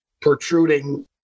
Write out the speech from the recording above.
protruding